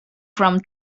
from